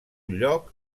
lloc